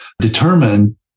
determine